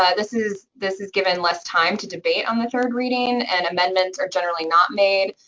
yeah this is this is given less time to debate on the third reading, and amendments are generally not made.